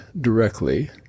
directly